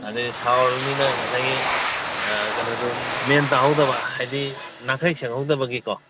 ꯑꯗꯒꯤ ꯁꯥꯎꯔꯃꯤꯅ ꯉꯁꯥꯏꯒꯤ ꯀꯩꯅꯣꯗꯨ ꯃꯦꯟ ꯇꯥꯍꯧꯗꯕ ꯍꯥꯏꯗꯤ ꯅꯥꯈꯩ ꯁꯦꯡꯍꯧꯗꯕꯒꯤꯀꯣ